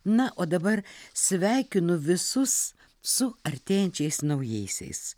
na o dabar sveikinu visus su artėjančiais naujaisiais